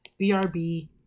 BRB